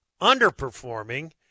underperforming